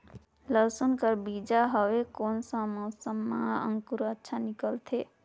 लसुन कर बीजा हवे कोन सा मौसम मां अंकुर अच्छा निकलथे?